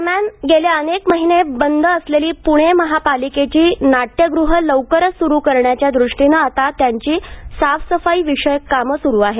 दरम्यान गेले अनेक महिने बंद असलेली पुणे महापालिकेची नाट्यगृह लवकरच सुरू करण्याच्या दृष्टीनं आता त्यांची सफाईविषयक कामे सुरू आहेत